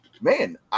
man